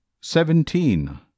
Seventeen